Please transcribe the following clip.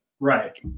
Right